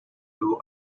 doo